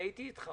הייתי איתך.